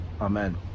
amen